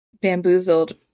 bamboozled